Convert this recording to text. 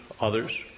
others